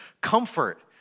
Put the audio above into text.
comfort